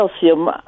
calcium